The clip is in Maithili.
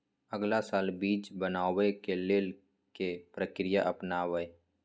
अगला साल बीज बनाबै के लेल के प्रक्रिया अपनाबय?